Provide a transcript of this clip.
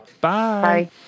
Bye